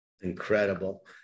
Incredible